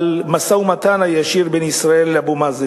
המשא-ומתן הישיר בין ישראל לאבו מאזן.